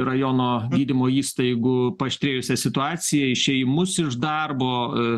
rajono gydymo įstaigų paaštrėjusią situaciją išėjimus iš darbo